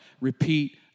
repeat